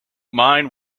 mind